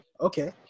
okay